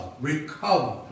Recover